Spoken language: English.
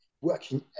working